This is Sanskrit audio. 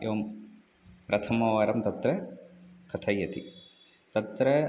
एवम् प्रथमवारं तत्र कथयति तत्र